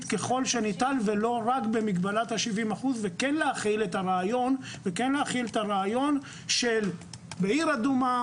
ככל שניתן ולא רק במגבלת ה-70% וכן להחיל את הרעיון של עיר אדומה